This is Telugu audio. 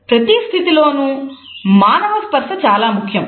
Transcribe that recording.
ప్రతి స్థితిలోనూ మానవ స్పర్స చాలా ముఖ్యం